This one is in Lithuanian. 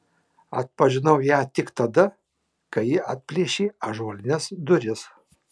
atpažinau ją tik tada kai ji atplėšė ąžuolines duris